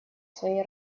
своей